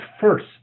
first